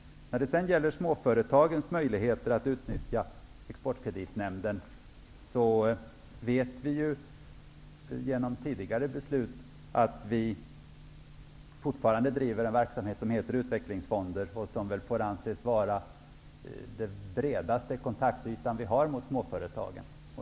Vad beträffar småföretagens möjligheter att utnyttja Exportkreditnämnden vet vi att vi genom tidigare beslut fortfarande driver en verksamhet med utvecklingsfonder. Det är väl genom den verksamheten man bäst får kontakt med småföretagen.